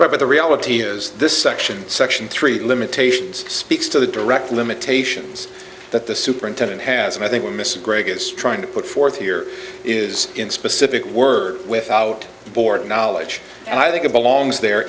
yes but the reality is this section section three limitations speaks to the direct limitations that the superintendent has and i think we're missing greg is trying to put forth here is in specific words without the board knowledge and i think about long's the